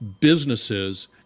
businesses